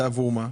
זה עבור מה?